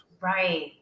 Right